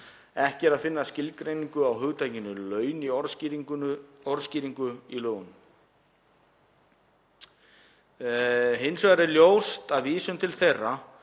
Ekki er að finna skilgreiningu á hugtakinu „laun“ í orðskýringu í lögunum. Hins vegar er ljóst af vísun til þeirra,